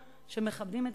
בברכה ומקדים את